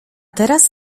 teraz